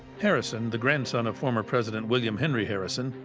harrison, the grandson of former president william henry harrison,